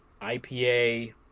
IPA